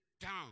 down